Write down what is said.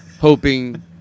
hoping